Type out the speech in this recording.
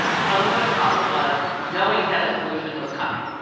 tell them what the problem was, knowing that a solution was coming.